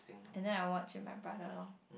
and then I watch with my brother lor